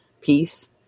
peace